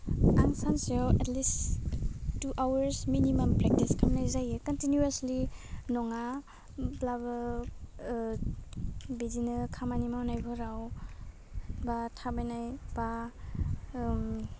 आं सानसेयाव at least two hours minimum practice खामनाय जायो कनटिनिउवासलि नङाब्लाबो ओह बिदिनो खामानि मावनायफोराव बा थाबायनाइ बा ओम